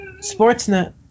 Sportsnet